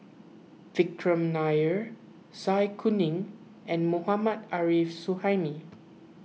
Vikram Nair Zai Kuning and Mohammad Arif Suhaimi